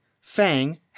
Fang